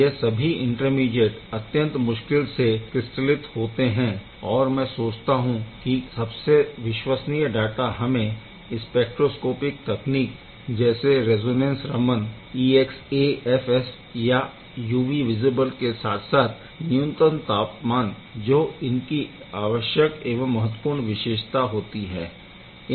यह सभी इंटरमीडिएट अत्यंत मुश्किल से क्रिस्टलित होते है और मैं सोचता हूँ कि सबसे विश्वसनीय डाटा हमें स्पैक्ट्रोस्कोपिक तकनीक जैसे रेज़ोनैन्स रमन EXAFS या UV विज़िबल के साथ साथ न्यूनतम तापमान जो इनकी आवश्यक एवं महत्वपूर्ण विशेषता होती है